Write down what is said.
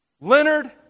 Leonard